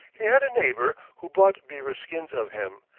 he had a neighbor who bought beaver skins of him,